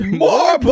more